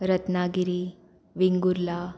Ratnagiri Vengurla